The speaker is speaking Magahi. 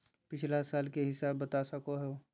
पिछला साल के हिसाब बता सको हो?